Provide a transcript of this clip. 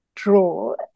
draw